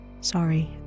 Sorry